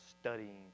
studying